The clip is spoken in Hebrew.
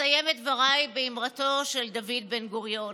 אסיים את דבריי באמרתו של דוד בן-גוריון: